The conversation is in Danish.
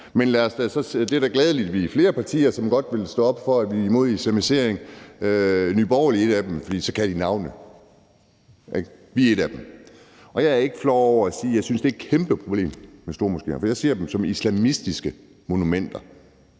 Men det er da glædeligt, at vi er flere partier, som godt vil stå op for, at vi er imod en islamisering, og Nye Borgerlige er et af dem, for så kan de navnet. Vi er et af dem, og jeg er ikke flov over at sige, at jeg synes, det er et kæmpeproblem med stormoskéer. For jeg ser dem som islamistiske monumenter,